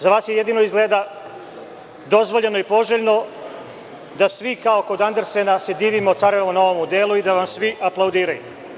Za vas je jedino izgleda dozvoljeno i poželjno da svi kao kod Andersena se divimo „carevom novom odelu“ i da vam svi aplaudiraju.